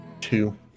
two